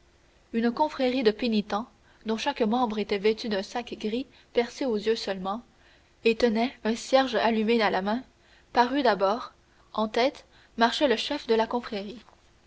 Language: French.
une confrérie de pénitents dont chaque membre était vêtu d'un sac gris percé aux yeux seulement et tenait un cierge allumé à la main parut d'abord en tête marchait le chef de la confrérie